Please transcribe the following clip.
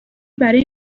برای